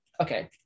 okay